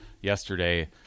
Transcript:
yesterday